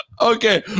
Okay